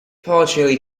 partially